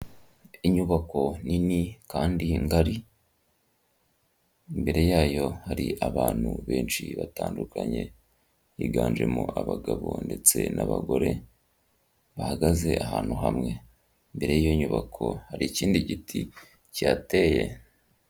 Inyubako nini kandi ngari imbere yayo hari abantu benshi batandukanye biganjemo abagabo ndetse n'abagore bahagaze ahantu hamwe, imbere y'iyo nyubako hari ikindi giti kihateye.